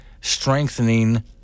strengthening